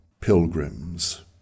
pilgrims